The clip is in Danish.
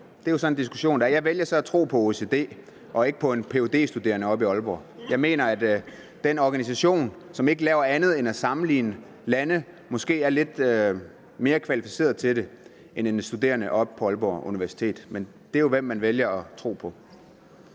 Det er jo så en diskussion. Jeg vælger så at tro på OECD og ikke på en ph.d.-studerende oppe i Aalborg. Jeg mener, at den organisation, som ikke laver andet end at sammenligne lande, måske er lidt mere kvalificeret til det end en studerende oppe på Aalborg Universitet. Men det er jo, hvem man vælger at tro på.